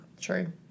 True